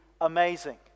amazing